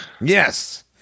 Yes